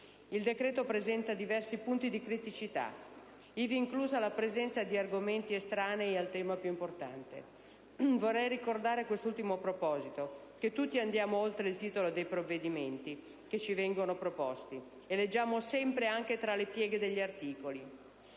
Il decreto presenta diversi punti di criticità, ivi inclusa la presenza di argomenti estranei al tema più importante. Vorrei ricordare a quest'ultimo proposito che tutti andiamo oltre il titolo dei provvedimenti che ci vengono proposti e leggiamo sempre anche tra le pieghe degli articoli.